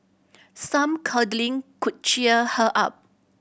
some cuddling could cheer her up